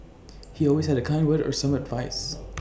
he always had A kind word or some advice